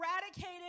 eradicated